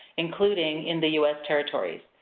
including in the us territories.